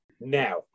now